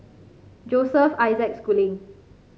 Joseph Isaac Schooling